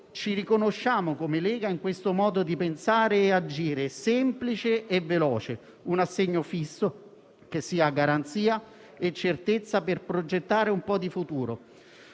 Ci riconosciamo, come Lega, in questo modo di pensare e agire, semplice e veloce; un assegno fisso, che sia garanzia e certezza per progettare un po' di futuro.